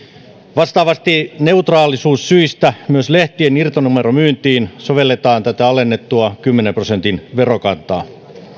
vastaavasti neutraalisuussyistä myös lehtien irtonumeromyyntiin sovelletaan tätä alennettua kymmenen prosentin verokantaa